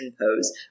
pose